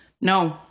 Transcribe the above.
No